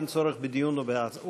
אין צורך בדיון או בהצבעה.